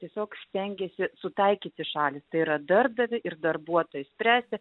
tiesiog stengiasi sutaikyti šalis yra darbdavį ir darbuotoją spręsti